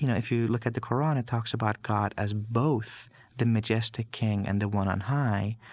you know if you look at the qur'an, it talks about god as both the majestic king and the one on high,